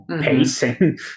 pacing